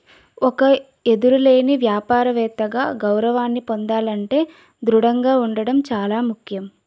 ఒక ఎదురులేని వ్యాపారవేత్తగా గౌరవాన్ని పొందాలంటే దృఢంగా ఉండడం చాలా ముఖ్యం